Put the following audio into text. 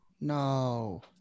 No